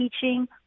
teaching